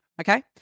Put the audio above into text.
Okay